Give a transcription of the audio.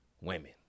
women